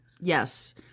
Yes